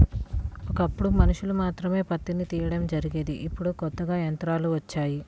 ఒకప్పుడు మనుషులు మాత్రమే పత్తిని తీయడం జరిగేది ఇప్పుడు కొత్తగా యంత్రాలు వచ్చాయి